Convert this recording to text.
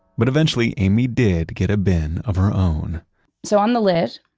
but eventually amy did get a bin of her own so, on the lid,